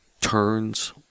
turns